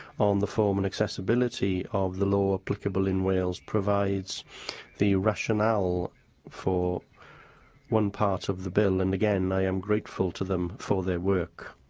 um form and accessibility of the law applicable in wales, provides the rationale for one part of the bill and, again, i am grateful to them for their work.